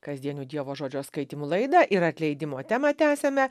kasdienių dievo žodžio skaitymų laidą ir atleidimo temą tęsiame